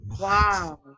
Wow